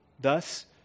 Thus